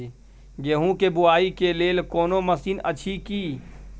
गेहूँ के बुआई के लेल कोनो मसीन अछि की?